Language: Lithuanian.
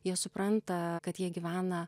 jie supranta kad jie gyvena